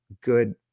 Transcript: good